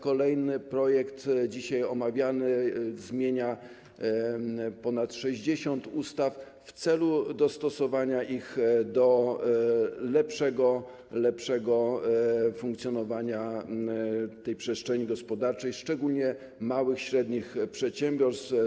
Kolejny projekt, dzisiaj omawiany, zmienia ponad 60 ustaw w celu dostosowania ich, zapewnienia lepszego funkcjonowania przestrzeni gospodarczej, szczególnie małych i średnich przedsiębiorstw.